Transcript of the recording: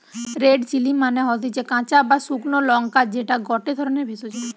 red chilli মানে হতিছে কাঁচা বা শুকলো লঙ্কা যেটা গটে ধরণের ভেষজ